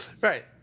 Right